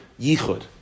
yichud